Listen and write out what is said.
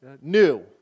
new